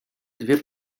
dwie